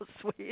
sweet